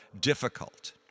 difficult